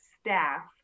staff